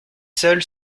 seule